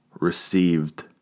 received